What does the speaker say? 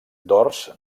dors